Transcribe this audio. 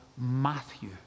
Matthew